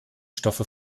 stoffe